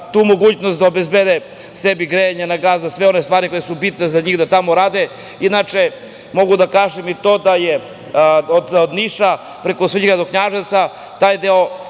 tu mogućnost da obezbede sebi grejanje na gas, sve one stvari koje su bitne za njih da tamo rade. Mogu da kažem i to da od Niša, preko Svrljiga, do Knjaževca taj deo